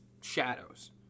shadows